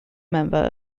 member